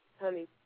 honey